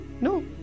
No